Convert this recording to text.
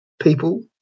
people